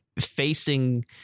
facing